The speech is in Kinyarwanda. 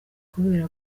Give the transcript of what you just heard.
kubera